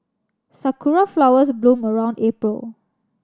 sakura flowers bloom around April